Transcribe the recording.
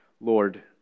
Lord